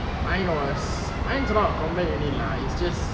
mine was mine is not a combat unit lah it's just